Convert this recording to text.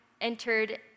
entered